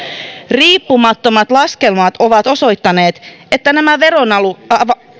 riippumattomat laskelmat ovat osoittaneet että nämä veronalennukset